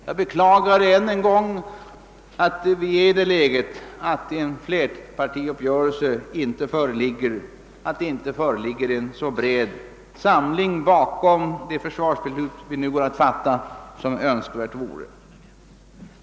Jag beklagar ännu en gång att vi befinner oss i det läget att det inte föreligger en så bred samling bakom det försvarsbeslut vi nu går att fatta som önskvärt vore.